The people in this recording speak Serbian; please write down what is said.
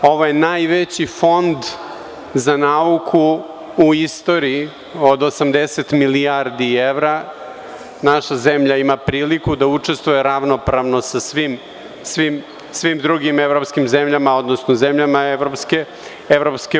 Ovaj najveći fond za nauku u istoriji od 80 milijardi evra naša zemlja ima priliku da učestvuje ravnopravno sa svim drugim evropskim zemljama odnosno zemljama EU.